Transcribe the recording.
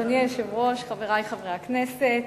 אדוני היושב-ראש, חברי חברי הכנסת,